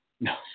No